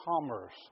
commerce